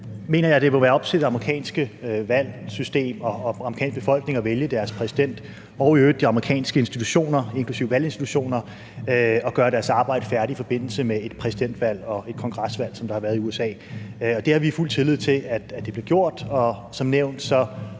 mener jeg, det må være op til den amerikanske befolkning at vælge deres præsident og i øvrigt de amerikanske institutioner, inklusive valginstitutioner, at gøre deres arbejde færdigt i forbindelse med et præsidentvalg og et kongresvalg, som der har været i USA. Det har vi fuld tillid til bliver gjort,